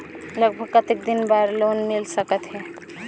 लगभग कतेक दिन बार लोन मिल सकत हे?